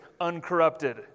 uncorrupted